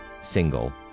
single